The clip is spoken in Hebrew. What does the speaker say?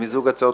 למיזוג הצעות